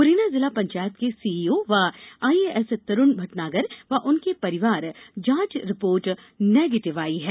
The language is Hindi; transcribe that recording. मुरैना जिला पंचायत के सीईओ व आईएएस तरूण भटनागर व उनके परिवार जांच रिपोर्ट निर्गेटिव आई है